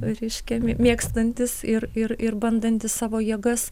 reiškia mė mėgstantis ir ir ir bandantis savo jėgas